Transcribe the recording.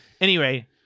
Anyway-